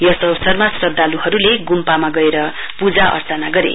यस अवसरमा श्रद्धालुहरुले गुम्पामा गएर पुजा अर्चना गरे